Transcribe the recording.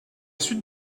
suite